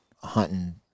hunting